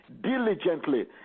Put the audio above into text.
diligently